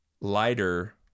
lighter